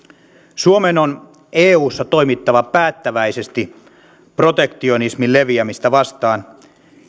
suomen on eussa toimittava päättäväisesti protektionismin leviämistä vastaan